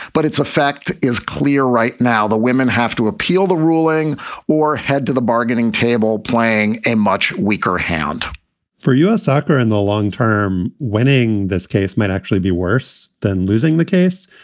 but it's a fact is clear right now the women have to appeal the ruling or head to the bargaining table, playing a much weaker hand for u s. soccer in the long term winning this case might actually be worse than losing the case.